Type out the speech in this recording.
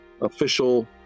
official